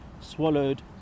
swallowed